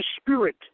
Spirit